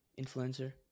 influencer